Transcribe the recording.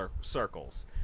circles